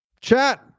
Chat